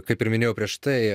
kaip ir minėjau prieš tai